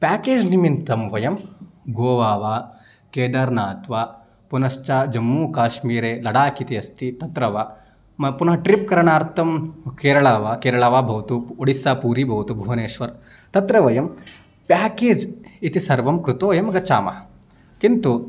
package निमित्तं वयं गोवा वा केदार्नाथः वा पुनश्च जम्मूकाश्मीरे लडाक् इति अस्ति तत्र वा म पुनः ट्रिप्करणार्थं केरळा वा केरळा वा भवतु ओडिस्सापूरि भवतु भुवनेश्वरः तत्र वयं प्याकेज् इति सर्वं कृत्वा वयं गच्छामः किन्तु